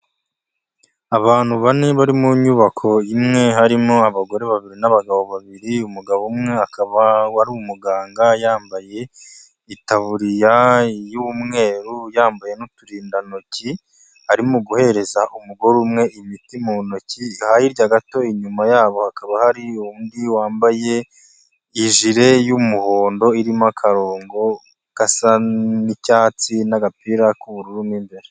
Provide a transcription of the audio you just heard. Abantu bane bari mu nyubako imwe harimo abagore babiri n'abagabo babiri, umugabo umwe akaba we ari umuganga, yambaye itaburiya y'umweru, yambaye n'uturindantoki, arimo guhereza umugore umwe imiti mu ntoki, hirya gato inyuma yabo hakaba hari undi wambaye ijire y'umuhondo, irimo akarongo gasa n'icyatsi n'agapira k'ubururu mu imbere.